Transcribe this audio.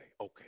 okay